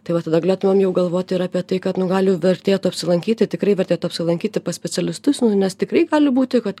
tai vat tada galėtumėm jau galvoti ir apie tai kad nu gal jau vertėtų apsilankyti tikrai vertėtų apsilankyti pas specialistus nes tikrai gali būti kad